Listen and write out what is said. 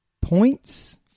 points